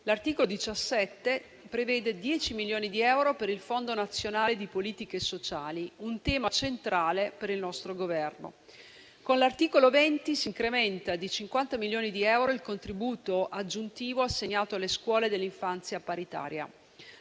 L'articolo 17 prevede 10 milioni di euro per il Fondo nazionale di politiche sociali, un tema centrale per il nostro Governo. Con l'articolo 20 si incrementa di 50 milioni di euro il contributo aggiuntivo assegnato alle scuole dell'infanzia paritaria.